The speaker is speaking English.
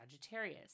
Sagittarius